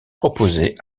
proposés